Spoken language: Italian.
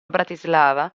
bratislava